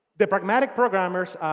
the pragmatic programmers,